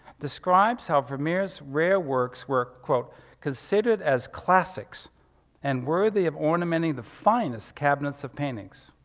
describes how vermeer's rare works were, considered as classics and worthy of ornamenting the finest cabinets of paintings.